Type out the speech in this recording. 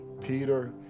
Peter